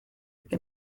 que